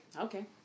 okay